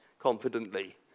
confidently